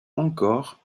encore